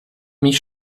mich